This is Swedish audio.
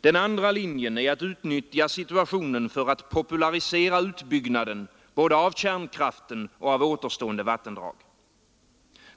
Den andra linjen är att utnyttja situationen för att popularisera utbyggnaden både av kärnkraften och av återstående vattendrag.